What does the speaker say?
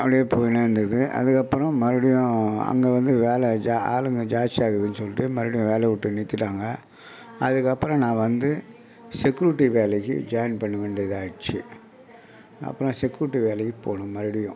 அப்படியே போயின்னே இருந்தது அதுக்கப்புறம் மறுபடியும் அங்கே வந்து வேலை ஜா ஆளுங்கள் ஜாஸ்தி ஆகுதுன்னு சொல்லிட்டு மறுபடியும் வேலையை விட்டு நிறுத்திவிட்டாங்க அதுக்கப்புறம் நான் வந்து செக்குரிட்டி வேலைக்கு ஜாய்ன் பண்ண வேண்டியதாகிடுச்சு அப்புறம் செக்குரிட்டி வேலைக்கு போனேன் மறுபடியும்